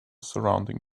surrounding